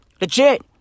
Legit